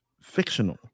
fictional